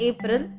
April